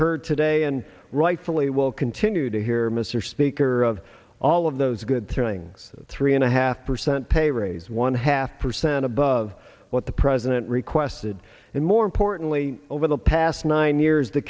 heard today and rightfully will continue to hear mr speaker of all of those good things three and a half percent pay raise one half percent of but of what the president requested and more importantly over the past nine years the